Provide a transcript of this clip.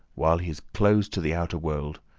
while he is closed to the outer world,